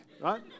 right